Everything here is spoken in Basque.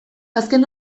azken